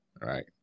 Right